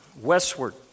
westward